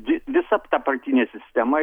ji visa ta partinė sistema